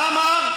מה אמרת?